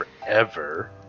forever